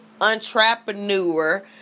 Entrepreneur